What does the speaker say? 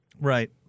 Right